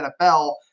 NFL